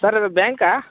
sir ಇದು ಬ್ಯಾಂಕಾ